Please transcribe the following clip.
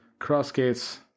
CrossGates